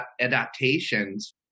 adaptations